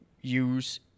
use